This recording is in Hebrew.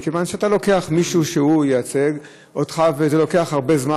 מכיוון שאתה לוקח מישהו שייצג אותך וזה לוקח הרבה זמן,